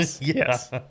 yes